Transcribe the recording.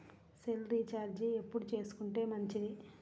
Cell recharge ఎప్పుడు చేసుకొంటే మంచిది?